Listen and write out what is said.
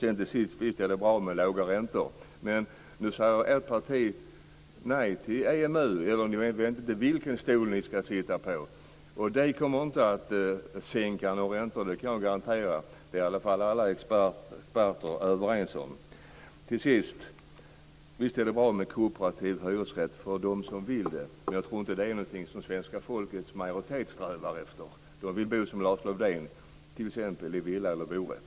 Visst är det bra med låga räntor. Men ert parti säger nej till EMU, eller ni vet inte vilken stol som ni skall på. Detta kommer inte att sänka några räntor, det kan jag garantera. Det är i alla fall alla experter överens om. Till sist: Visst är det bra med kooperativ hyresrätt för dem som vill ha det. Men jag tror inte att det är någonting som majoriteten av svenska folket strävar efter. Människor vill bo som Lars-Erik Lövdén, t.ex. i villa eller bostadsrätt.